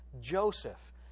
Joseph